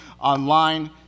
online